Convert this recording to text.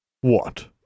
What